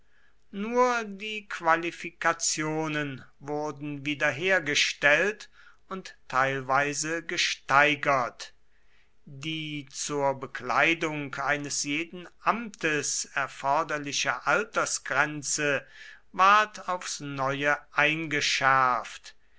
nur die qualifikationen wurden wiederhergestellt und teilweise gesteigert die zur bekleidung eines jeden amtes erforderliche altersgrenze ward aufs neue eingeschärft